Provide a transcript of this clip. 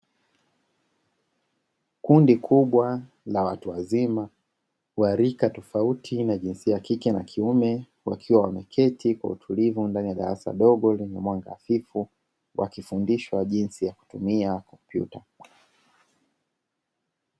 Kundi kubwa la watu wazima wa rika tofauti na jinsi ya kike na kiume, wakiwa wameketi kwa utulivu ndani ya darasa dogo, lina mwanga hafifu wakifundishwa jinsi ya kutumia kompyuta.